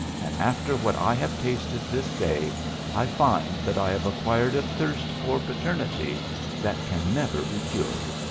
and after what i have tasted this day i find that i have acquired a thirst for paternity that can never be cured.